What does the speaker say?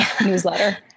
newsletter